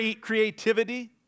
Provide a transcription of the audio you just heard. creativity